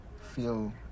Feel